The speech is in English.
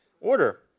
order